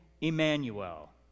Emmanuel